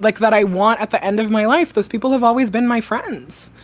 like that i want at the end of my life. those people have always been my friends,